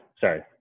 sorry